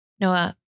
Noah